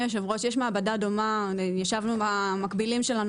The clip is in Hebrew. ישבנו עם המקבילים שלנו